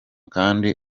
kandi